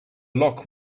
lock